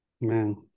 man